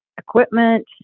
equipment